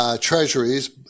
treasuries